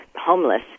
homeless